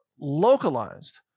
localized